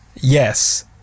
yes